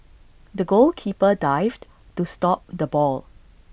the goalkeeper dived to stop the ball